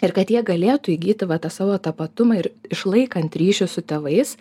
ir kad jie galėtų įgyti va tą savo tapatumą ir išlaikant ryšius su tėvais